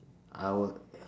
I would